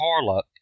Harlock